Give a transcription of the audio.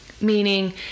Meaning